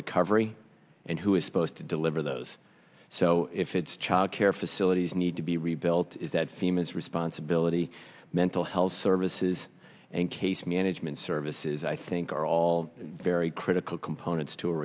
recovery and who is supposed to deliver those so if it's child care facilities and to be rebuilt is that siemens responsibility mental health services and case management services i think are all very critical components to